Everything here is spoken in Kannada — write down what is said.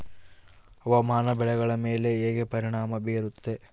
ಹವಾಮಾನ ಬೆಳೆಗಳ ಮೇಲೆ ಹೇಗೆ ಪರಿಣಾಮ ಬೇರುತ್ತೆ?